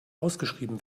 ausgeschrieben